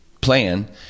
plan